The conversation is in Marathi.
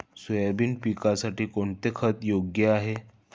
सोयाबीन पिकासाठी कोणते खत योग्य आहे?